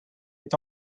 est